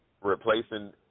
replacing